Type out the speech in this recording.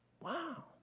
Wow